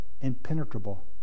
impenetrable